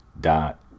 dot